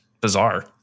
bizarre